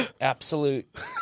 absolute